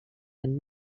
and